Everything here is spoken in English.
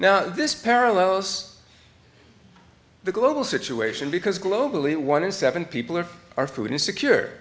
now this parallels the global situation because globally one in seven people are our food is secure